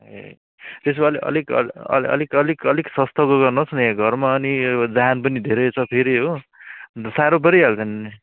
ए त्यसो भए अल् अलिक अल् अल् अलिक अलिक अलिक सस्तोको गर्नु होस् न यहाँ घरमा अनि यो जहान पनि धेरै छ फेरि हो अन्त साह्रो परिहाल्छ नि